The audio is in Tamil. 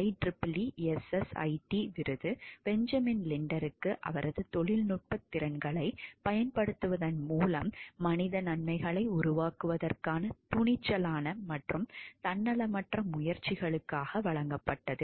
IEEE SSIT விருது பெஞ்சமின் லிண்டருக்கு அவரது தொழில்நுட்ப திறன்களைப் பயன்படுத்துவதன் மூலம் மனித நன்மைகளை உருவாக்குவதற்கான துணிச்சலான மற்றும் தன்னலமற்ற முயற்சிகளுக்காக வழங்கப்பட்டது